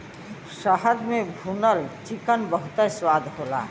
शहद में भुनल चिकन बहुते स्वाद होला